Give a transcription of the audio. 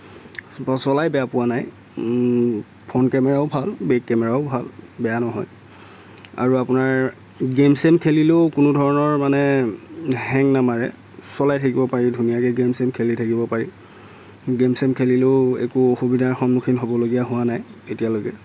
চলাই বেয়া পোৱা নাই ফ্ৰণ্ট কেমেৰাও ভাল বেক কেমেৰাও ভাল বেয়া নহয় আৰু আপোনাৰ গেইম চেইম খেলিলেও কোনো ধৰণৰ মানে হেং নামাৰে চলাই থাকিব পাৰি ধুনীয়াকৈ গেইম চেইম খেলি থাকিব পাৰি গেইম চেইম খেলিলেও একো অসুবিধাৰ সন্মুখীন হ'ব লগা হোৱা নাই এতিয়ালৈকে